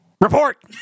Report